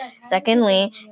Secondly